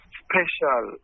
special